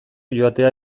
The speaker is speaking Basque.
joatea